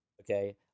Okay